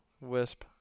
Wisp